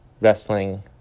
wrestling